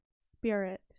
spirit